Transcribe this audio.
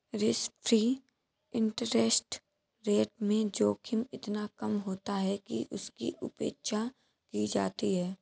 risk free interest rate में जोखिम इतना कम होता है कि उसकी उपेक्षा की जाती है